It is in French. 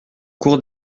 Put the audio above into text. cours